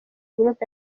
group